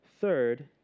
Third